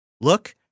Look